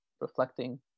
reflecting